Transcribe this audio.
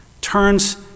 turns